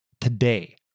today